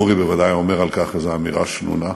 אורי בוודאי היה אומר על כך איזו אמירה שנונה.